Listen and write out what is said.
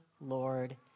Lord